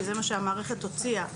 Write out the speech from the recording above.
וזה מה שהמערכת הוציאה,